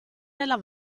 nella